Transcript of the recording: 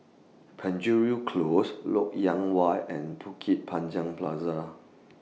Penjuru Close Lok Yang Way and Bukit Panjang Plaza